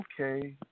Okay